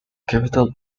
capital